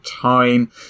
time